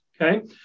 Okay